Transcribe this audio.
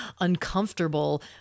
uncomfortable